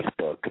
Facebook